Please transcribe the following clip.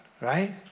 right